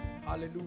Hallelujah